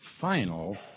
final